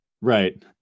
Right